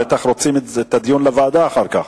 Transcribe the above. בטח רוצים להעביר את הדיון לוועדה אחר כך.